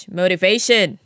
motivation